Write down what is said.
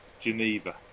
Geneva